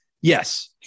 Yes